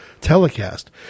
telecast